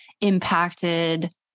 impacted